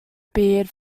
beard